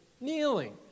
kneeling